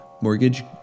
Mortgage